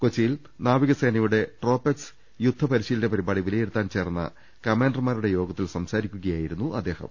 കൊച്ചിയിൽ നാവിക സേനയുടെ ട്രോപെക്സ് യുദ്ധ പരിശീലന പരിപാടി വിലയിരുത്താൻ ചേർന്ന കമാന്റർമാരുടെ യോഗ ത്തിൽ സംസാരിക്കുകയായിരുന്നു അദ്ദേഹം